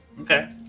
Okay